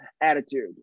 attitude